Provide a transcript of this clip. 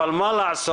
אבל מה לעשות,